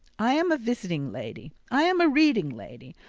i am a visiting lady, i am a reading lady,